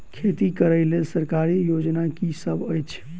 खेती करै लेल सरकारी योजना की सब अछि?